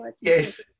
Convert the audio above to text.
Yes